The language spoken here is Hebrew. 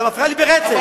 אתה מפריע לי ברצף.